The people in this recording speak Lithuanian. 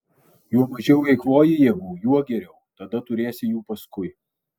juo mažiau eikvoji jėgų juo geriau tada turėsi jų paskui